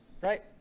right